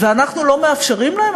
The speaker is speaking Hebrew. אנחנו לא מאפשרים להם,